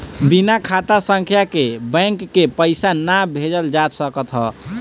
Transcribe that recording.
बिना खाता संख्या के बैंक के पईसा ना भेजल जा सकत हअ